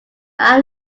are